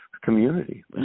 community